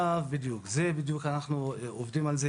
בדיוק אנחנו עובדים על זה.